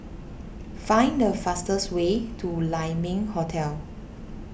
find the fastest way to Lai Ming Hotel